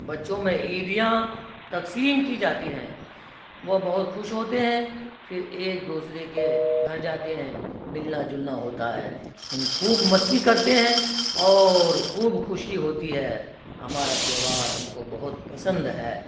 بچوں میں عیدیاں تقسیم کی جاتی ہیں وہ بہت خوش ہوتے ہیں پھر ایک دوسرے کے گھر جاتے ہیں ملنا جلنا ہوتا ہے ہم خوب مستی کرتے ہیں اور خوب خوشی ہوتی ہے ہمارا تہوار ہم کو بہت پسند ہے